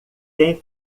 tem